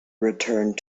returned